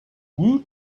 woot